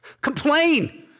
Complain